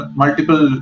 multiple